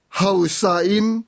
hausain